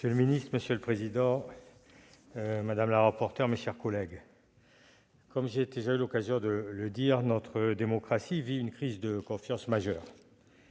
M. Guy Benarroche. Monsieur le président, monsieur le ministre, mes chers collègues, comme j'ai déjà eu l'occasion de le dire, notre démocratie vit une crise de confiance majeure.